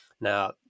Now